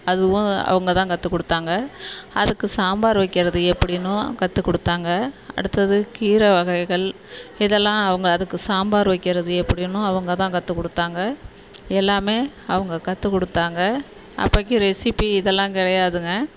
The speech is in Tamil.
அதுவும் அவங்க தான் கற்றுக் கொடுத்தாங்க அதுக்கு சாம்பார் வைக்கிறது எப்படினும் கற்றுக் கொடுத்தாங்க அடுத்தது கீரை வகைகள் இதெல்லாம் அவங்க அதுக்கு சாம்பார் வைக்கிறது எப்படினும் அவங்க தான் கற்றுக் கொடுத்தாங்க எல்லாம் அவங்க கற்றுக் கொடுத்தாங்க அப்போக்கி ரெசிப்பி இதெல்லாம் கிடையாதுங்க